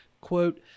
Quote